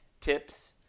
tips